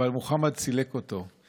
אבל מוחמד סילק אותו.